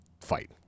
fight